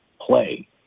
play